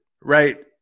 right